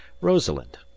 Rosalind